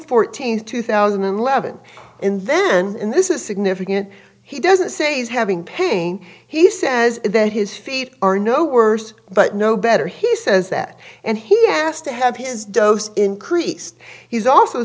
fourteenth two thousand and eleven and then and this is significant he doesn't say he's having pain he says that his feet are no worse but no better he says that and he asked to have his dose increased he's also